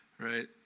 right